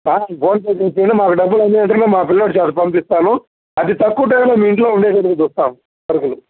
sir PhonePe చేయండి మాకు డబ్బులు అందిన వెంటనే మా పిల్లవాడు చేత పంపిస్తాను అతి తక్కువ టైంలో మీ ఇంట్లో ఉండేటట్టు చూస్తాం సరుకులు